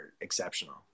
exceptional